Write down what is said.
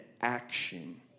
action